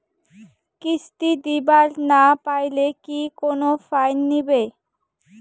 কিস্তি দিবার না পাইলে কি কোনো ফাইন নিবে?